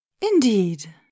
Indeed